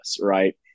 right